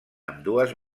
ambdues